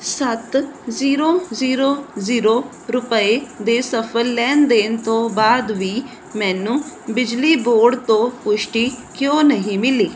ਸੱਤ zero zero zero ਰੁਪਏ ਦੇ ਸਫਲ ਲੈਣ ਦੇਣ ਤੋਂ ਬਾਅਦ ਵੀ ਮੈਨੂੰ ਬਿਜਲੀ ਬੋਰਡ ਤੋਂ ਪੁਸ਼ਟੀ ਕਿਉਂ ਨਹੀਂ ਮਿਲੀ